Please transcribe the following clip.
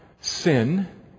Sin